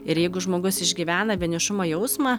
ir jeigu žmogus išgyvena vienišumo jausmą